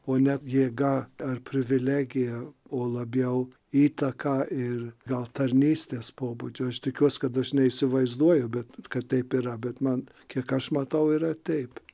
o ne jėga ar privilegija o labiau įtaka ir gal tarnystės pobūdžio aš tikiuos kad aš neįsivaizduoju bet kad taip yra bet man kiek aš matau yra taip